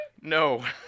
No